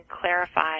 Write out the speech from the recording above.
clarify